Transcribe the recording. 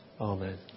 Amen